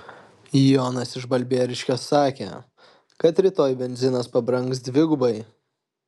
jonas iš balbieriškio sakė kad rytoj benzinas pabrangs dvigubai